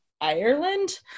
Ireland